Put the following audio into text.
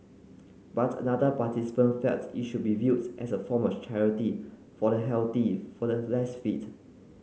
but another participant felt it should be viewed as a form of charity for the healthy for the less fit